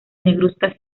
negruzcas